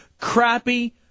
crappy